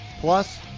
Plus